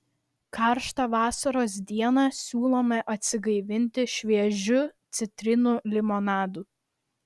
karštą vasaros dieną siūlome atsigaivinti šviežiu citrinų limonadu